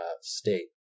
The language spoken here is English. state